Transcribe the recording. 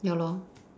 ya lor